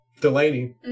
Delaney